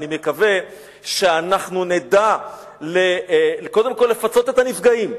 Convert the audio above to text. אני מקווה שאנחנו נדע קודם כול לפצות את הנפגעים,